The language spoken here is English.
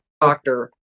doctor